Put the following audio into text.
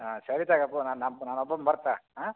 ಹಾಂ ಸರಿ ತಗಪ್ಪ ನಾನೊಬ್ಬ ನಾನೊಬ್ಬನು ಬರ್ತೆ ಹಾಂ